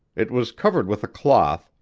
it was covered with a cloth,